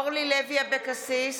אורלי לוי אבקסיס,